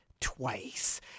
twice